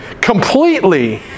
completely